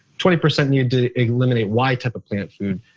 twenty percent needed to eliminate y type of plant food.